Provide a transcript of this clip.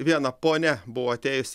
viena ponia buvo atėjusi